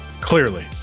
Clearly